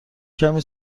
کمی